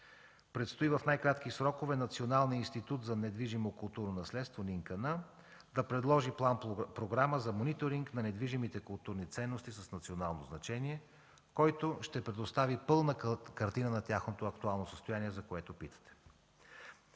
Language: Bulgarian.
Предстои в най-кратки срокове Националният институт за недвижимо културно наследство да предложи план-програма за мониторинг на недвижимите културни ценности с национално значение, който ще представи пълна картина на тяхното актуално състояние, за което питате.